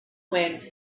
wind